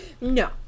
No